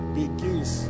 begins